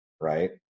right